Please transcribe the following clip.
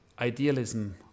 idealism